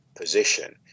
position